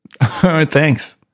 Thanks